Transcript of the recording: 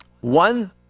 One